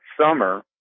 summer